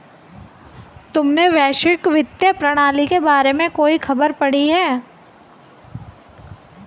तुमने वैश्विक वित्तीय प्रणाली के बारे में कोई खबर पढ़ी है?